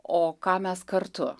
o ką mes kartu